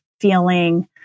feeling